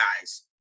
guys